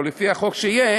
או לפי החוק שיהיה,